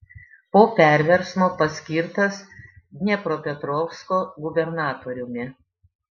po perversmo paskirtas dniepropetrovsko gubernatoriumi